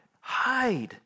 hide